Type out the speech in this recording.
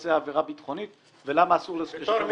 שמבצע עבירה ביטחונית ולמה אסור לקצר לו שליש.